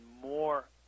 more